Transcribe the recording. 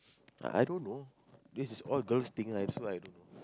I don't know this is all girls thing ah so I don't know